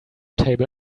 table